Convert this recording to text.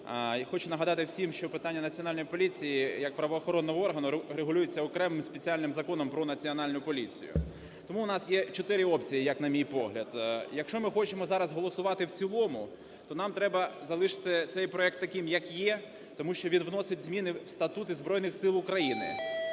хочу нагадати всім, що питання Національної поліції як правоохоронного органу регулюється окремим спеціальним Законом "Про Національну поліцію". Тому у нас є чотири опції, як на мій погляд. Якщо ми хочемо зараз голосувати в цілому, то нам треба залишити цей проект таким, як є, тому що він вносить зміни в статути Збройних Сил України